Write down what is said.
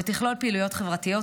ותכלול פעילויות חברתיות,